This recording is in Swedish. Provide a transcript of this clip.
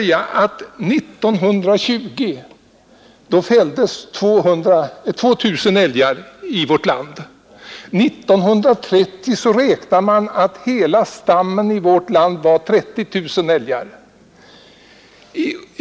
År 1920 fälldes 2 000 älgar i vårt land, och 1930 räknade man med att hela stammen i Sverige var 30 000 älgar.